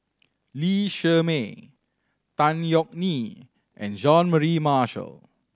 Lee Shermay Tan Yeok Nee and Jean Mary Marshall